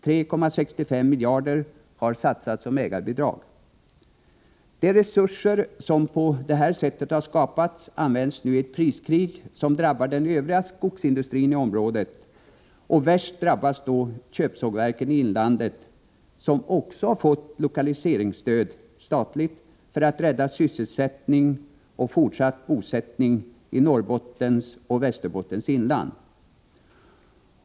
3,35 miljarder har satsats som ägarbidrag. De resurser som på detta sätt har skapats används nu i ett priskrig, som drabbar den övriga skogsindustrin i området. Värst råkar då köpsågverken i inlandet ut, som också har fått statligt lokaliseringsstöd för att rädda sysselsättning och fortsatt bosättning i Norrbottens och Västerbottens inland.